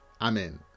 Amen